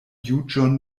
juĝon